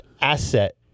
asset